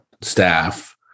staff